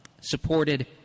supported